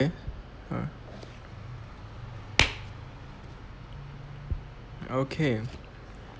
okay